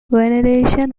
veneration